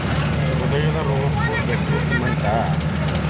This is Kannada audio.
ಹೃದಯದ ರೋಗಕ್ಕ ಬೇಟ್ರೂಟ ಮದ್ದ